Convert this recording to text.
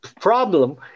problem